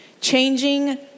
changing